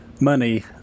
money